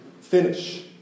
finish